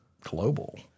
global